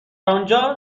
انجا